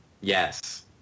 Yes